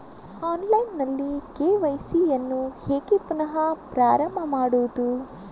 Online ನಲ್ಲಿ KYC ಯನ್ನು ಹೇಗೆ ಪುನಃ ಪ್ರಾರಂಭ ಮಾಡುವುದು?